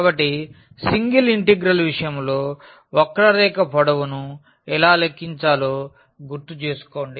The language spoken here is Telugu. కాబట్టి సింగిల్ ఇంటిగ్రల్ విషయంలో వక్రరేఖ పొడవును ఎలా లెక్కించాలో గుర్తుచేసుకోండి